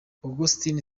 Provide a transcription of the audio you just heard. augustin